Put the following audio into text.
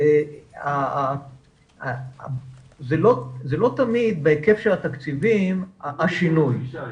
לא תמיד השינוי